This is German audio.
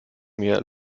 mir